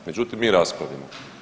Međutim mi raspravljamo.